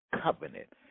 covenant